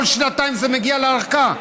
כל שנתיים זה מגיע להארכה.